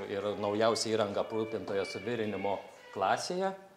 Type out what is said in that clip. ir naujausia įranga aprūpintoje suvirinimo klasėje